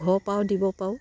ঘৰৰ পৰাও দিব পাৰোঁ